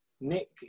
Nick